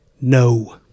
No